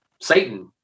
Satan